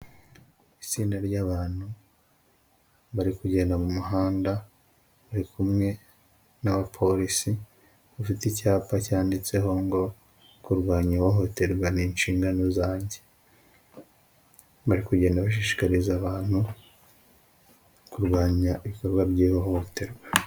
Itsinda ry'abantu bari kugenda mu muhanda bari kumwe n'abapolisi, ufite icyapa cyanditseho ngo ''kurwanya ihohoterwa ni inshingano zanjye''. Bari kugenda bashishikariza abantu kurwanya ibikorwa by'ihohoterwa.